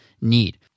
need